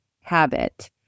habit